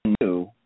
new